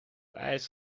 ijs